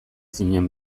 zinen